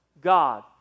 God